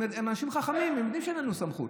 הם אנשים חכמים, הם יודעים שאין לנו סמכות,